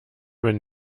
wenn